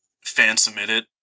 fan-submitted